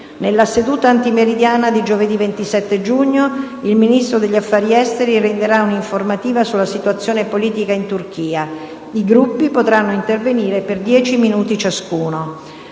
Nella seduta antimeridiana di giovedì 27 giugno, il Ministro degli affari esteri renderà un'informativa sulla situazione politica in Turchia. I Gruppi potranno intervenire per 10 minuti ciascuno.